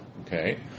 Okay